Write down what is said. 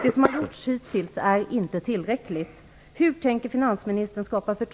Det som har gjorts hittills är inte tillräckligt.